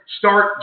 start